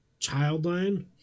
Childline